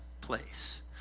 place